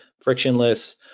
frictionless